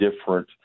different